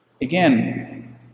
Again